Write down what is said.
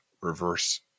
reverse